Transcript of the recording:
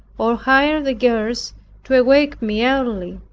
or hired the girls to awake me early.